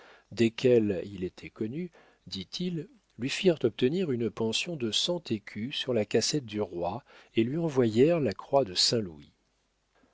desquels il était connu dit-il lui firent obtenir une pension de cent écus sur la cassette du roi et lui envoyèrent la croix de